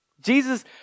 Jesus